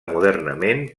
modernament